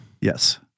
Yes